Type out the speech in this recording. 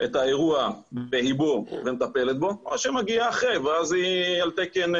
את האירוע באבו ומטפלת בו או שמגיעה אחרי ואז היא על תקן,